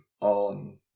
on